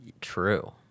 True